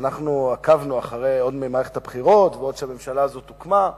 עקבנו עוד ממערכת הבחירות ועוד כשהממשלה הזאת הוקמה,